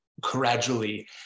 gradually